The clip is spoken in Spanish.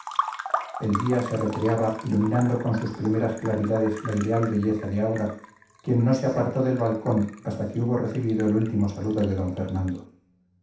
el día se recreaba iluminando con sus primeras claridades la ideal belleza de aura quien no se apartó del balcón hasta que hubo recibido el último saludo de d fernando